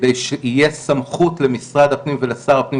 כדי שתהיה סמכות למשרד הפנים ולשר הפנים,